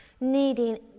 needing